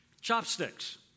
chopsticks